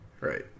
Right